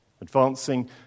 advancing